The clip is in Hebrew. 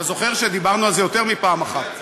אתה זוכר שדיברנו על זה יותר מפעם אחת.